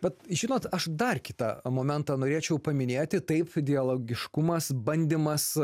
bet žinot aš dar kitą momentą norėčiau paminėti taip dialogiškumas bandymas